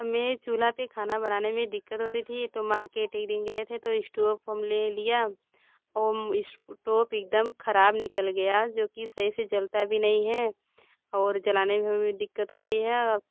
हमें चूल्हे पर खाना बनाने में दिक्कत होती थी तो मार्केट एक दिन गए थे तो इश्टोप हम ले लिया इस्टोप एक दम ख़राब निकल गया जो कि सही से जलता भी नहीं है और जलाने में भी हमें दिक्कत हो रही है और